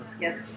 Yes